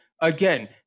Again